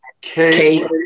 Kate